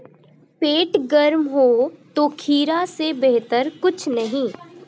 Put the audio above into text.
पेट गर्म हो तो खीरा से बेहतर कुछ नहीं